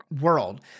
world